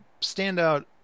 standout